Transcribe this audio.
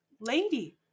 Lady